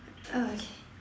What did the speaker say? okay